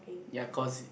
ya cause it